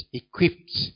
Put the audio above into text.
equipped